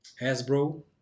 Hasbro